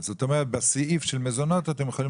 זאת אומרת בסעיף של מזונות אתם יכולים